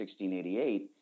1688